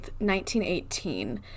1918